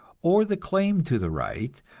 or the claim to the right,